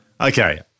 Okay